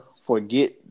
Forget